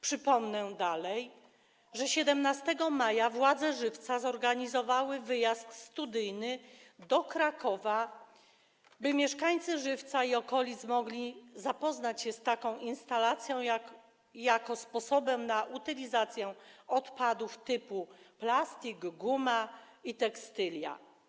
Przypomnę dalej, że 17 maja władze Żywca zorganizowały wyjazd studyjny do Krakowa, by mieszkańcy Żywca i okolic mogli zapoznać się z taką instalacją jako sposobem na utylizację odpadów typu plastik, guma i tekstylia.